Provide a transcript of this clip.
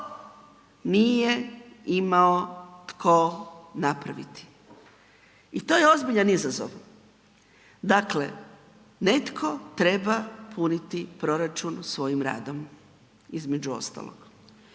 nije imao tko napraviti. I to je ozbiljan izazov. Dakle, netko treba puniti proračun svojim radom, između ostalog.